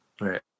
Right